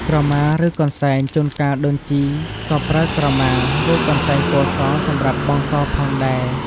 ក្រមាឬកន្សែងជួនកាលដូនជីក៏ប្រើក្រមា ឬកន្សែងពណ៌សសម្រាប់បង់កផងដែរ។